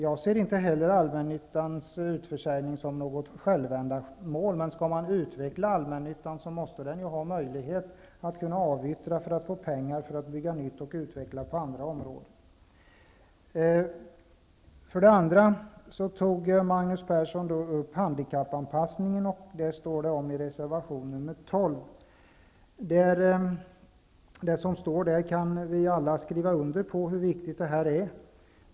Jag ser inte heller allmännyttans utförsäljning som något självändamål, men om man skall utveckla allmännyttan måste den ha möjlighet att avyttra för att få pengar för att bygga nytt och utveckla på andra områden. Magnus Persson tog även upp handikappanpassningen. Detta kan man läsa om i reservation 12. Det kan vi alla skriva under på hur viktigt det är.